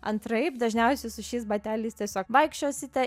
antraip dažniausiai su šiais bateliais tiesiog vaikščiosite